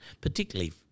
particularly